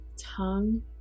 tongue